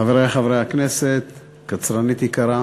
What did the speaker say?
חברי חברי הכנסת, קצרנית יקרה,